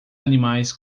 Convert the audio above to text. animais